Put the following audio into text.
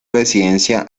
residencia